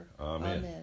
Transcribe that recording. Amen